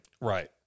Right